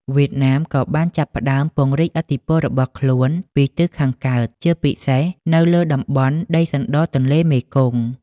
វៀតណាម ក៏បានចាប់ផ្តើមពង្រីកឥទ្ធិពលរបស់ខ្លួនពីទិសខាងកើត ជាពិសេសទៅលើតំបន់ដីសណ្ដទន្លេមេគង្គ ។